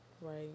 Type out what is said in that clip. Right